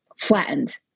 flattened